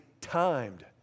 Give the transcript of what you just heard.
timed